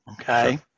okay